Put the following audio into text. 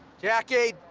jackie!